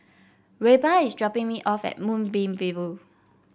Reba is dropping me off at Moonbeam View